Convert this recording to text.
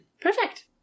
Perfect